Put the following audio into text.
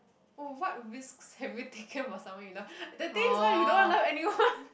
oh what risks have you taken for someone you love the thing is why you don't love anyone